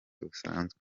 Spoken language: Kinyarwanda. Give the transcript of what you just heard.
busanzwe